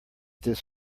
this